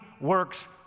works